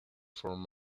from